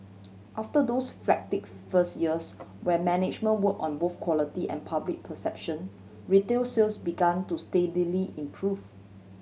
after those frantic first years when management work on both quality and public perception retail sales began to steadily improve